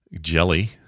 Jelly